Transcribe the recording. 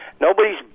nobody's